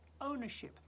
ownership